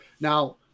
Now